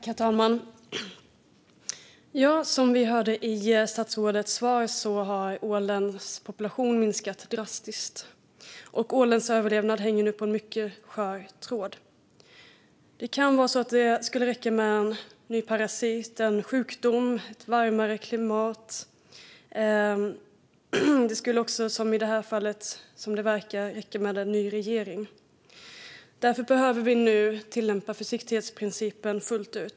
Herr talman! Som vi hörde i statsrådets svar har ålens population minskat drastiskt. Ålens överlevnad hänger nu på en mycket skör tråd. Det skulle kunna räcka med en ny parasit, en sjukdom, ett varmare klimat eller, som det verkar i det här fallet, en ny regering. Därför behöver vi nu tillämpa försiktighetsprincipen fullt ut.